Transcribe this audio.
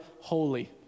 holy